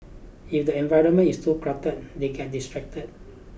if the environment is too cluttered they get distracted